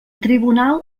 tribunal